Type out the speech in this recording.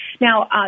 Now